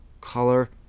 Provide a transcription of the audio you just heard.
color